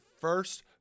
first